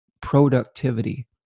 productivity